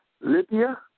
Libya